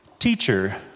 Teacher